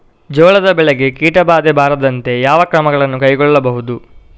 ಜೋಳದ ಬೆಳೆಗೆ ಕೀಟಬಾಧೆ ಬಾರದಂತೆ ಯಾವ ಕ್ರಮಗಳನ್ನು ಕೈಗೊಳ್ಳಬಹುದು?